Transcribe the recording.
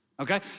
Okay